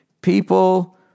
People